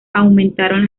aumentaron